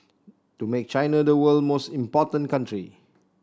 to make China the world most important country